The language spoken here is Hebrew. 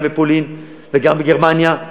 גם בפולין וגם בגרמניה,